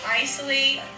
isolate